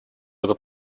этот